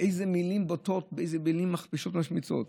איזה מילים בוטות, איזה מילים מכפישות, משמיצות.